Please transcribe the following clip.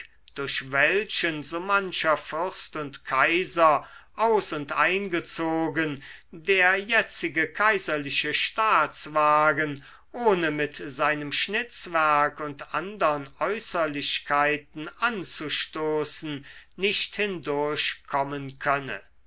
durch welchen so mancher fürst und kaiser aus und eingezogen der jetzige kaiserliche staatswagen ohne mit seinem schnitzwerk und andern äußerlichkeiten anzustoßen nicht hindurchkommen könne